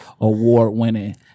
award-winning